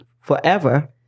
forever